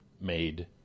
made